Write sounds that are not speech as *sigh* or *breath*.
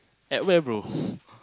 at where bro *breath*